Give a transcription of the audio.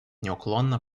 неуклонно